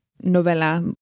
novella